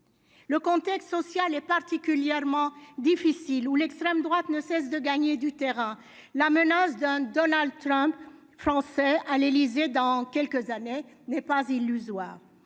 Le contexte social est particulièrement difficile, où l'extrême-droite ne cesse de gagner du terrain, la menace d'un Donald Trump français à l'Élysée, dans quelques années, n'est pas illusoire,